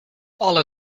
alle